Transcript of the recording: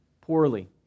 poorly